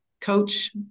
coach